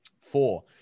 Four